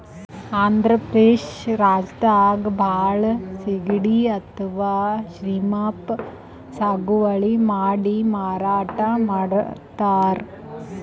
ಆಂಧ್ರ ಪ್ರದೇಶ್ ರಾಜ್ಯದಾಗ್ ಭಾಳ್ ಸಿಗಡಿ ಅಥವಾ ಶ್ರೀಮ್ಪ್ ಸಾಗುವಳಿ ಮಾಡಿ ಮಾರಾಟ್ ಮಾಡ್ತರ್